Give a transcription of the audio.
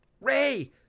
Ray